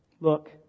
Look